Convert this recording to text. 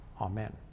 Amen